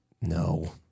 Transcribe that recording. No